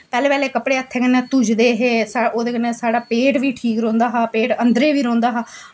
पैह्लें पैह्लें कपड़े हत्थै कन्नै धुचदे हे ओह्दे कन्नै साढ़ा पेट बी ठीक रौंह्दा हा पेट अन्दरै बी रौंह्दा हा